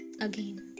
Again